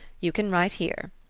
you can write here.